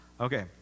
Okay